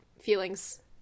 feelings